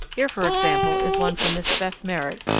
here, for example, is one from miss beth merritt,